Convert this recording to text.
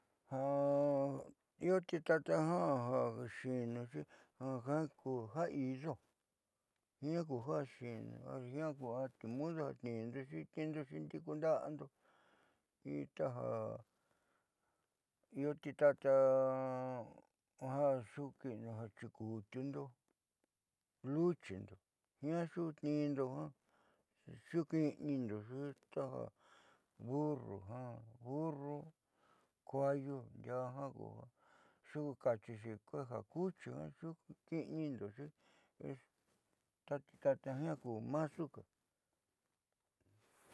Ja iio titata ja xinuxii jia'a ku ja iio jiaa ku ja ati udu ja tnindoxi ndi'i kunda'ando nitaja io titata ja xuuki'inindoxi ja xikuutiundo, luchindo jia'a xutnindo jiaa xuuki'inindoxi taja burru, kuaayu ndiaa jiaa kuee ja kuchi jia'a ku titata jia'a ku maasuka.